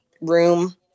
room